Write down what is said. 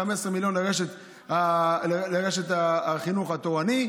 15 מיליון לרשת החינוך התורני,